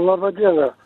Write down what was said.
laba diena